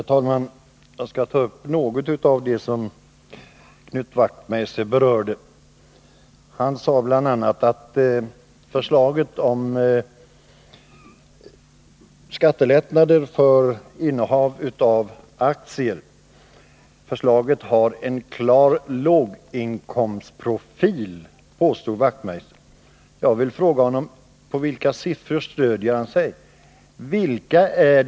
Herr talman! Jag skall ta upp något av vad Knut Wachtmeister berörde. Han sade bl.a. att förslaget om skattelättnader för innehav av aktier har en klar låginkomstprofil. Jag vill fråga: På vilka siffror stöder Knut Wachtmeister sig?